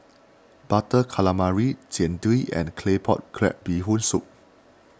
Butter Calamari Jian Dui and Claypot Crab Bee Hoon Soup